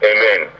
Amen